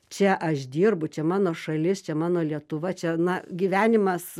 čia aš dirbu čia mano šalis čia mano lietuva čia na gyvenimas